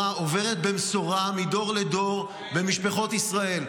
עוברות במסורה מדור לדור במשפחות ישראל,